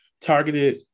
targeted